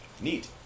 Neat